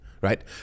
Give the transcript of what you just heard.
right